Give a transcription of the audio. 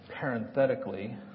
parenthetically